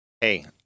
Hey